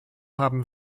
haben